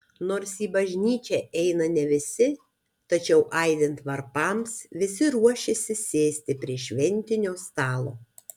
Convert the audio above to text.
nors į bažnyčią eina ne visi tačiau aidint varpams visi ruošiasi sėsti prie šventinio stalo